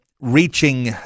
reaching